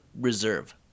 reserve